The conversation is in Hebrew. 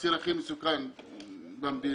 בציר הכי מסוכן במדינה.